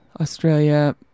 Australia